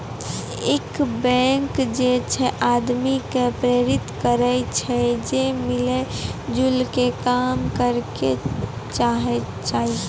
इ बैंक जे छे आदमी के प्रेरित करै छै जे मिली जुली के काम करै के चाहि